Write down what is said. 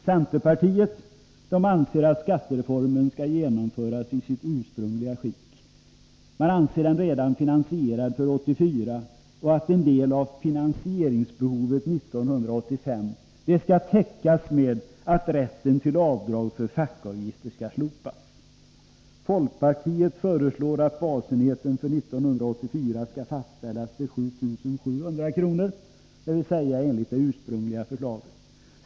Centerpartiet anser att skattereformen skall genomföras i sitt ursprungliga skick. Man anser att den redan är finansierad för 1984 och att en del av finansieringsbehovet för 1985 skall täckas genom att rätten till avdrag för fackföreningsavgifter skall slopas. Folkpartiet föreslår att basenheten för 1984 skall fastställas till 7 700 kr., dvs. enligt det ursprungliga förslaget.